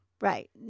Right